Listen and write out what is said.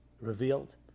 revealed